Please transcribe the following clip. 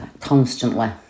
constantly